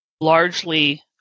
largely